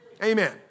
Amen